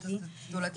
אולי תסבירי.